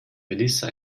melissa